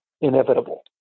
inevitable